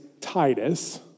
Titus